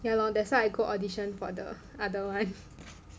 ya lor that's why I go audition for the other one